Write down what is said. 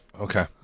Okay